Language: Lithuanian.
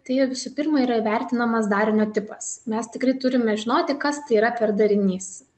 tai jie visų pirma yra įvertinamas darinio tipas mes tikrai turime žinoti kas tai yra per darinys